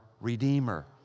redeemer